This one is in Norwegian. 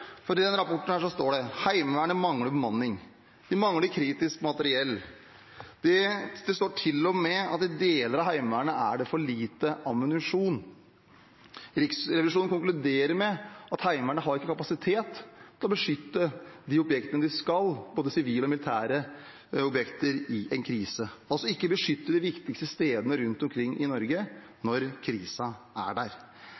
rapporten står det: Heimevernet mangler bemanning, og de mangler kritisk materiell. Det står til og med at i deler av Heimevernet er det for lite ammunisjon. Riksrevisjonen konkluderer med at Heimevernet ikke har kapasitet til å beskytte de objektene de skal, det gjelder både sivile og militære objekter, i en krise – at de altså ikke kan beskytte de viktigste stedene rundt omkring i Norge når krisen er